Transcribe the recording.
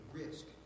risk